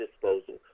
disposal